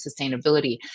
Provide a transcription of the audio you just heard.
sustainability